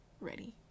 ready